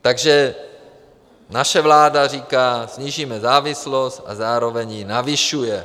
Takže naše vláda říká, snížíme závislost, a zároveň ji navyšuje.